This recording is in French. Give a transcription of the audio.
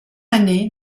année